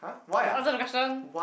must answer the question